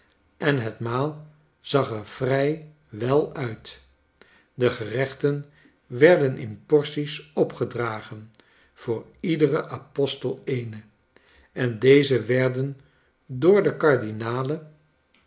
en het maal zag er vrij wel uit de gerechten werden in porties opgedragen voor iederen apostel eene en deze werden door de kardinalen